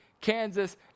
Kansas